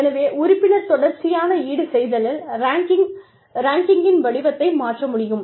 எனவே உறுப்பினர் தொடர்ச்சியான ஈடுசெய்தலில் ரேங்க்கின் வடிவத்தை மாற்ற முடியும்